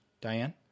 Diane